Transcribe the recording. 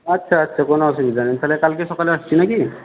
আচ্ছা আচ্ছা কোনো অসুবিধা নেই তাহলে কালকে সকালে আসছি না কি